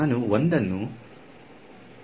ಅದು 1 ವೋಲ್ಟ್ ಆಗಿದೆ